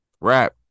Rap